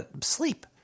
sleep